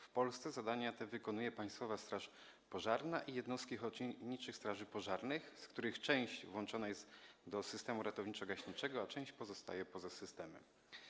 W Polsce zadania te wykonują Państwowa Straż Pożarna i jednostki ochotniczych straży pożarnych, z których część włączona jest do systemu ratowniczo-gaśniczego, a część pozostaje poza systemem.